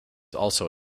also